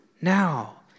now